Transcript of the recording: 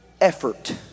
effort